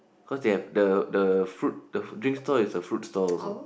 cause they have the the fruit the fruit drink stall is the fruit stall also